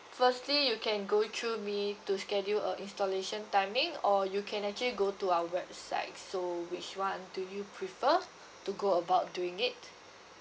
firstly you can go through me to schedule a installation timing or you can actually go to our website so which one do you prefer to go about doing it